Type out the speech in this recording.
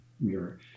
mirror